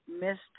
missed